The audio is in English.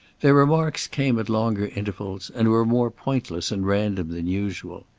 their remarks came at longer intervals, and were more pointless and random than usual.